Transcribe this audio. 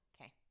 Okay